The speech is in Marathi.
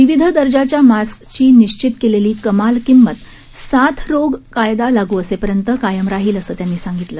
विविध दर्जाच्या मास्कची निश्चित केलेली कमाल किंमत साथरोग कायदा लागू असेपर्यंत कायम राहतील असं त्यांनी सांगितलं